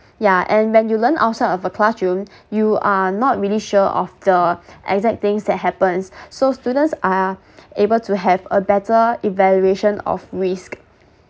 yeah and when you learn outside of a classroom you are not really sure of the exact things that happens so students are able to have a better evaluation of risk